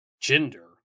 gender